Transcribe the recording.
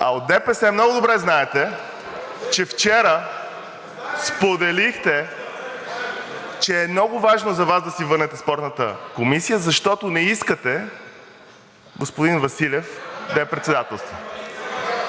от ДПС: „Знаем.“), че вчера споделихте, че е много важно за Вас да си върнете Спортната комисия, защото не искате господин Василев да я председателства.